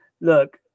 look